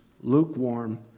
lukewarm